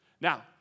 Now